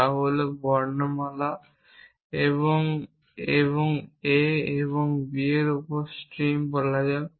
যা হল বর্ণমালা a এবং b এর উপর স্ট্রীম বলা যাক